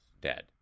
dead